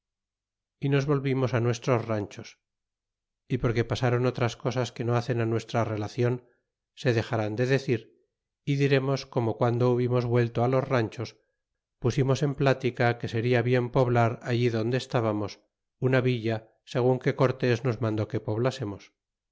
y nos volvimos á nuestros ranchos y porque pasáron otras cosas que no hacen á nuestra relacion se dexarán de decir y diremos como guando hubimos vuelto los ranchos pusimos en plática que seria bien poblar allí adonde estábamos una villa segun que cortés nos mandó que